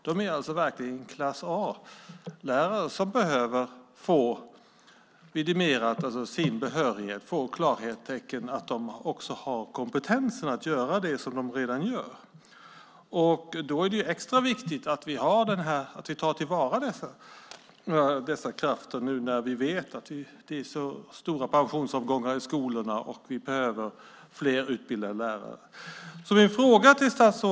De är alltså verkligen klass A-lärare, som behöver få sin behörighet vidimerad och få klartecken att de har kompetensen att göra det som de redan gör. Det är extra viktigt att vi tar till vara dessa krafter nu när vi vet att det är så stora pensionsavgångar i skolorna och det behövs fler utbildade lärare.